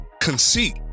Conceit